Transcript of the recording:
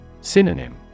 Synonym